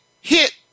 hit